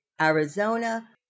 Arizona